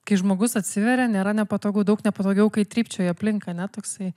kai žmogus atsiveria nėra nepatogu daug nepatogiau kai trypčioja aplink ane toksai